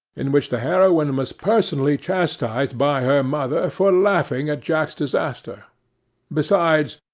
in which the heroine was personally chastised by her mother for laughing at jack's disaster besides,